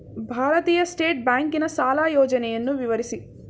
ಭಾರತೀಯ ಸ್ಟೇಟ್ ಬ್ಯಾಂಕಿನ ಸಾಲ ಯೋಜನೆಯನ್ನು ವಿವರಿಸಿ?